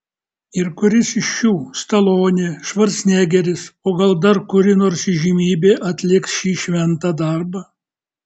ir kuris iš šių stalonė švarcnegeris o gal dar kuri nors įžymybė atliks šį šventą darbą